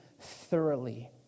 thoroughly